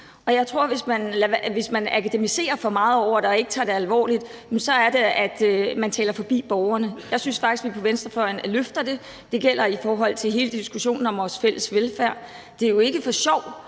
Jeg tror, at hvis man akademiserer for meget over det og ikke tager det alvorligt, så er det, at man taler forbi borgerne. Jeg synes faktisk, at vi på venstrefløjen løfter det. Det gælder hele diskussionen om vores fælles velfærd. Det er jo ikke for sjov,